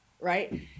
right